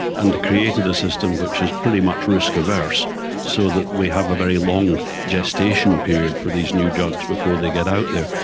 and created a system which is pretty much risk averse so that we have a very long gestation period for these new drugs before they get out there.